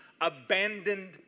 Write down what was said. abandoned